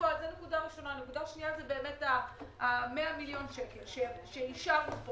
הנקודה השנייה היא ה-100 מיליון שקל שאישרנו פה